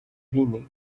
війни